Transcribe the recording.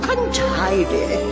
Untidy